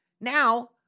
now